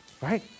right